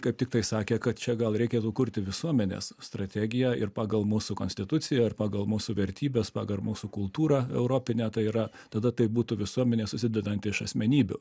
kaip tiktai sakė kad čia gal reikėtų kurti visuomenės strategiją ir pagal mūsų konstituciją ir pagal mūsų vertybes pagar mūsų kultūrą europinę tai yra tada tai būtų visuomenė susidedanti iš asmenybių